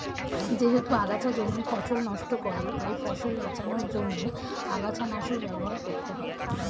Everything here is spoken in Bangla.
যেহেতু আগাছা জমির ফসল নষ্ট করে তাই ফসল বাঁচানোর জন্য আগাছানাশক ব্যবহার করতে হয়